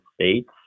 States